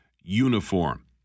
uniform